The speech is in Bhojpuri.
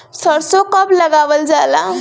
सरसो कब लगावल जाला?